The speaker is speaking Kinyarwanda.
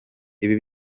ibi